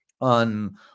on